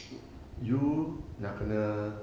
you nak kena